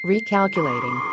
Recalculating